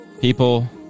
People